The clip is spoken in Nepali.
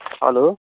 हेलो